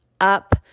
up